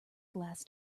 glass